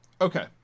Okay